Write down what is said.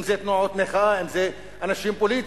אם זה תנועות מחאה, אם זה אנשים פוליטיים,